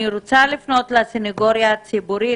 אני רוצה לפנות לסניגוריה הציבורית,